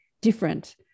different